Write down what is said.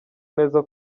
neza